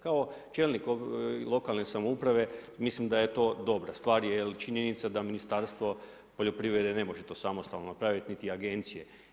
Kao čelnik lokalne samouprave mislim da je to dobra stvar jer činjenica da Ministarstvo poljoprivrede ne može to samostalno napraviti niti agencije.